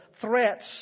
threats